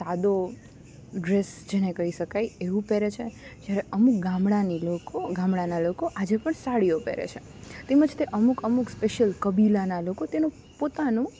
સાદો ડ્રેસ જેને કહી શકાય એવું પહેરે છે જ્યારે અમુક ગામડાંની લોકો ગામડાંના લોકો આજે પણ સાડીઓ પહેરે છે તેમજ તે અમુક અમુક સ્પેશિયલ કબીલાના લોકો તેનું પોતાનું